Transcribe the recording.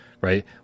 right